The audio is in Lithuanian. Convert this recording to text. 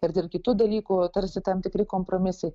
ir dėl kitų dalykų tarsi tam tikri kompromisai